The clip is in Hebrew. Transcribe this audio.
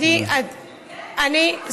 אני, סליחה,